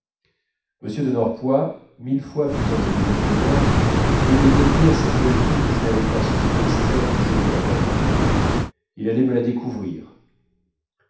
m de norpois mille fois plus intelligent que moi devait détenir cette vérité que je n'avais pas su extraire du jeu de la berma il allait me la découvrir